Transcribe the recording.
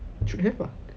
should have ah